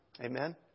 amen